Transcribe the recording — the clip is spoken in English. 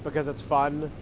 because it's fun,